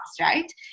right